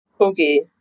Okay